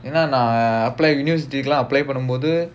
என்ன நான்:enna naan apply university குலாம்:kulaam apply பண்ணும்போது:pannumpothu